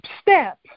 Step